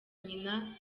nyina